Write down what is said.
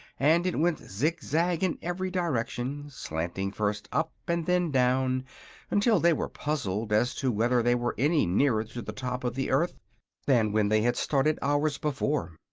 and it went zig-zag in every direction, slanting first up and then down until they were puzzled as to whether they were any nearer to the top of the earth than when they had started, hours before.